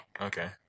okay